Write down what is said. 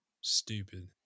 stupid